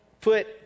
put